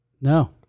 No